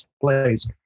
place